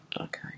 Okay